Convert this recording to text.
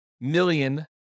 million